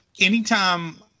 anytime